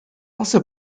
also